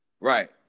Right